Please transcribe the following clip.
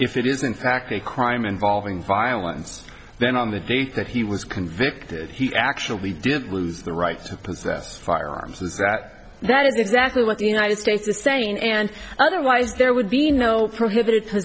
if it is in fact a crime involving violence then on the date that he was convicted he actually did lose the right to possess firearms is that that is exactly what the united states is saying and otherwise there would be no prohibit